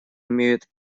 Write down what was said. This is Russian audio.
имеют